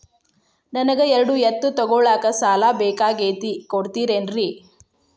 ನನಗ ಎರಡು ಎತ್ತು ತಗೋಳಾಕ್ ಸಾಲಾ ಬೇಕಾಗೈತ್ರಿ ಕೊಡ್ತಿರೇನ್ರಿ?